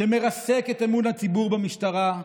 שמרסק את אמון הציבור במשטרה,